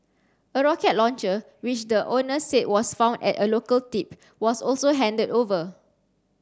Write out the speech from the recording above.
a rocket launcher which the owner said was found at a local tip was also handed over